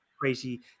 crazy